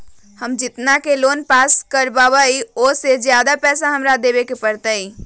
हम जितना के लोन पास कर बाबई ओ से ज्यादा पैसा हमरा देवे के पड़तई?